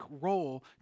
role